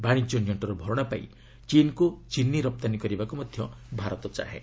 ବାଣିଜ୍ୟ ନିଅକ୍ଷର ଭରଣାପାଇଁ ଚୀନ୍କୁ ଚିନି ରପ୍ତାନୀ କରିବାକୁ ମଧ୍ୟ ଭାରତ ଚାହେଁ